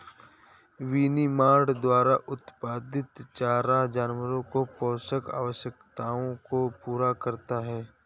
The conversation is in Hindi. विनिर्माण द्वारा उत्पादित चारा जानवरों की पोषण आवश्यकताओं को पूरा करता है